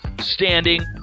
standing